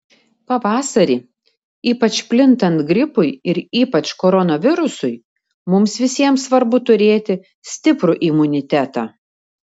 pavasarį ypač plintant gripui ir ypač koronavirusui mums visiems svarbu turėti stiprų imunitetą